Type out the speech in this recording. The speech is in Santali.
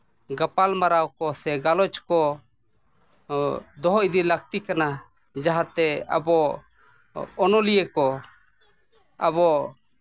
ᱜᱟᱯᱟᱞ ᱢᱟᱨᱟᱣ ᱠᱚᱥᱮ ᱜᱟᱞᱚᱪ ᱠᱚ ᱫᱚᱦᱚ ᱤᱫᱤ ᱞᱟᱹᱠᱛᱤ ᱠᱟᱱᱟ ᱡᱟᱦᱟᱸᱛᱮ ᱟᱵᱚ ᱚᱱᱚᱞᱤᱭᱟᱹ ᱠᱚ ᱟᱵᱚ